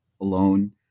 alone